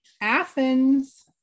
Athens